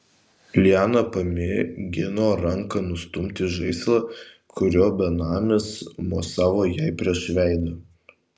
liana pamėgino ranka nustumti žaislą kuriuo benamis mosavo jai prieš veidą